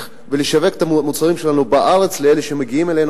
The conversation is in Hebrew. ולשווק את המוצרים שלנו בארץ לאלה שמגיעים אלינו,